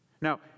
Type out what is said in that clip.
Now